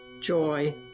Joy